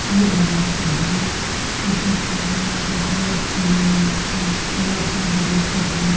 खीर बनाते हैं यह सब मतलब हर छोला बनाते हैं